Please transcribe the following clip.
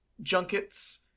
junkets